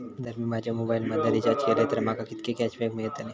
जर मी माझ्या मोबाईल मधन रिचार्ज केलय तर माका कितके कॅशबॅक मेळतले?